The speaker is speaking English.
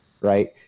Right